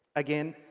again,